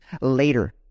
later